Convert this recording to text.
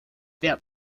wer